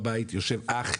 אח,